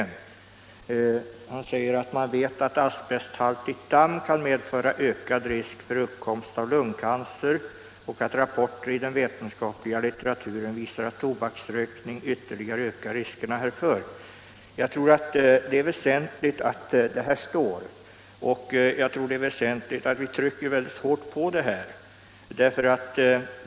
Arbetsmarknadsministern säger att man vet att asbesthaltigt damm kan medföra ökad risk för uppkomst av lungcancer och att rapporter i den vetenskapliga litteraturen visar att tobaksrökning ytterligare ökar denna risk. Jag tror det är väsentligt att det står utskrivet och att vi trycker mycket hårt på detta.